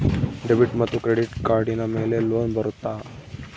Debit ಮತ್ತು credit ಕಾರ್ಡಿನ ಮೇಲೆ ಲೋನ್ ಬರುತ್ತಾ?